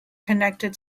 connected